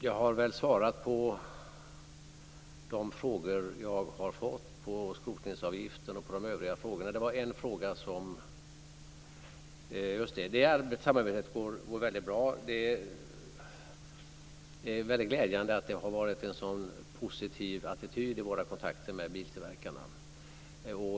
Jag har väl svarat på de frågor som jag har fått, om skrotningsavgiften och de övriga frågorna. Samarbetet med bilindustrin går väldigt bra. Det är väldigt glädjande att det har varit en sådan positiv attityd i våra kontakter med biltillverkarna.